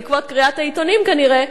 בעקבות קריאת העיתונים כנראה,